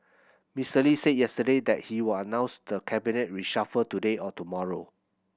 Mister Lee said yesterday that he will announce the cabinet reshuffle today or tomorrow